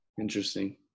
Interesting